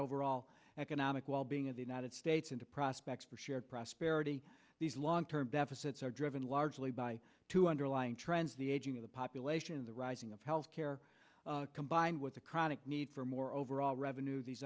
overall economic wellbeing of the united states into prospects for shared prosperity these long term deficits are driven largely by two underlying trends the aging of the population the rising of health care combined with a chronic need for more overall revenue these